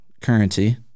currency